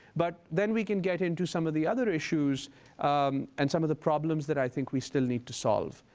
but then we can get into some of the other issues and some of the problems that i think we still need to solve.